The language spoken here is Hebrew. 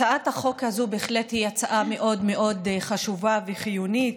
הצעת החוק הזאת היא בהחלט הצעה מאוד מאוד חשובה וחיונית,